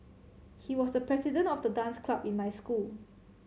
he was the president of the dance club in my school